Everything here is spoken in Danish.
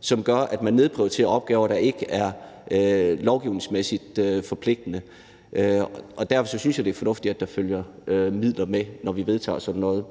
som gør, at man nedprioriterer opgaver, man ikke er lovgivningsmæssigt forpligtet til at løse. Derfor synes jeg, det er fornuftigt, at der følger midler med, når vi vedtager sådan noget.